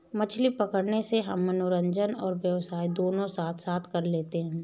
मछली पकड़ने से हम मनोरंजन और व्यवसाय दोनों साथ साथ कर लेते हैं